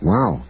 Wow